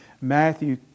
Matthew